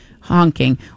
honking